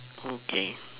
okay